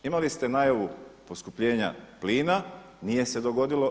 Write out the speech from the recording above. Imali ste najavu poskupljenja plina, nije se dogodilo.